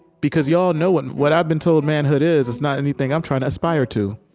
because you all know, what what i've been told manhood is, it's not anything i'm trying to aspire to.